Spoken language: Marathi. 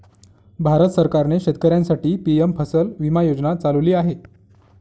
भारत सरकारने शेतकऱ्यांसाठी पी.एम फसल विमा योजना चालवली आहे